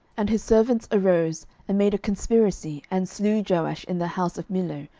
and his servants arose, and made a conspiracy, and slew joash in the house of millo,